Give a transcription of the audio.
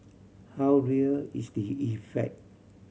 how real is the effect